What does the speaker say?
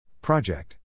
Project